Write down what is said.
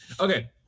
Okay